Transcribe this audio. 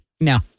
No